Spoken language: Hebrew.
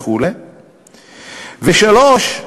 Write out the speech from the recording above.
ו-3.